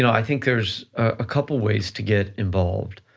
i think there's a couple ways to get involved.